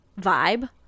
vibe